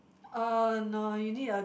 uh no you need a